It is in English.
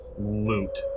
loot